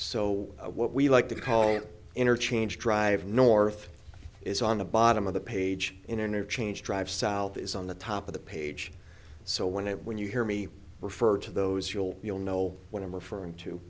so what we like to call interchange drive north is on the bottom of the page interchange drive south is on the top of the page so when it when you hear me refer to those you'll you'll know what i'm referring to